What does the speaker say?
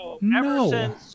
No